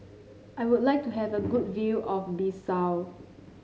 I would like to have a good view of Bissau